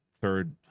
third